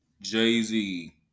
Jay-Z